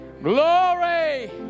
Glory